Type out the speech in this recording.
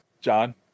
John